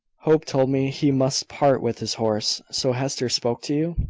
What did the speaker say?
hope told me he must part with his horse. so hester spoke to you?